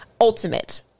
ultimate